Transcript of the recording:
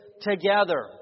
together